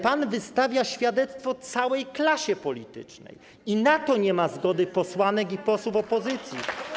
Pan wystawia świadectwo całej klasie politycznej i na to nie ma zgody posłanek i posłów opozycji.